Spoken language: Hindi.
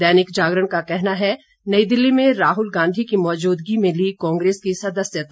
दैनिक जागरण का कहना है नई दिल्ली में राहुल गांधी की मौजूदगी में ली कांग्रेस की सदस्यता